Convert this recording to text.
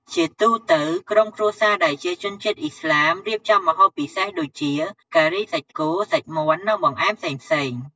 ជាទូទៅ ក្រុមគ្រួសារដែលជាជនជាតិឥស្លាម រៀបចំម្ហូបពិសេសដូចជា ការីសាច់គោ សាច់មាន់ និងបង្អែមផ្សេងៗ។